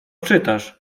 czytasz